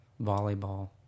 volleyball